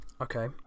Okay